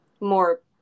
more